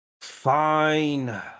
Fine